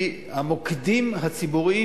כי המוקדים הציבוריים,